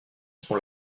sont